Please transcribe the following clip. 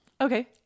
Okay